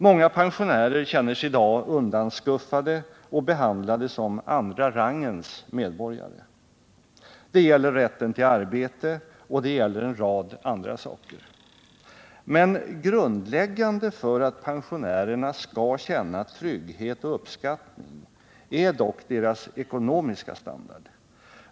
Många pensionärer känner sig i dag undanskuffade och behandlade som andra rangens medborgare. Det gäller rätten till arbete och det gäller en rad andra saker. Men grundläggande för att pensionärerna skall känna trygghet och uppskattning är dock deras ekonomiska standard.